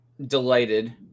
delighted